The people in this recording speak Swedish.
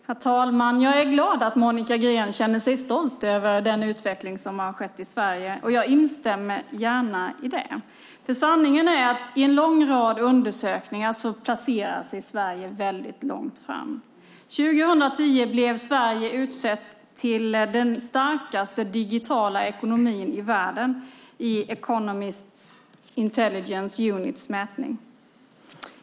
Herr talman! Jag är glad att Monica Green känner sig stolt över den utveckling som skett i Sverige, och jag instämmer gärna i det. Sanningen är att i en lång rad undersökningar placerar sig Sverige väldigt långt fram. År 2010 blev Sverige utsett till den starkaste digitala ekonomin i världen i The Economists Intelligence Units mätning.